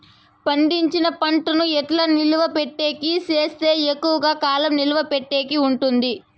పండించిన పంట ను ఎట్లా నిలువ పెట్టేకి సేస్తే ఎక్కువగా కాలం నిలువ పెట్టేకి ఉంటుంది?